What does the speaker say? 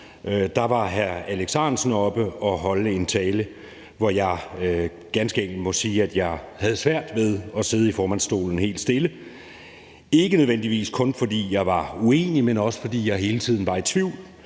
var hr. Alex Ahrendtsen oppe og holde en tale, hvor jeg ganske enkelt må sige, at jeg havde svært ved at sidde helt stille i formandsstolen. Det var ikke nødvendigvis kun, fordi jeg var uenig, men også fordi jeg hele tiden var i tvivl,